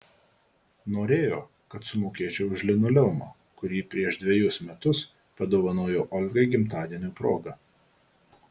norėjo kad sumokėčiau už linoleumą kurį prieš dvejus metus padovanojo olgai gimtadienio proga